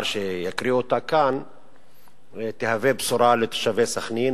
שיקריא אותה כאן תהווה בשורה לתושבי סח'נין.